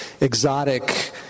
exotic